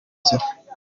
nzira